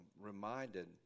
reminded